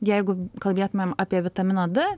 jeigu kalbėtume apie vitamino d